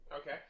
Okay